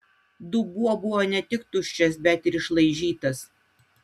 dubuo buvo ne tik tuščias bet ir išlaižytas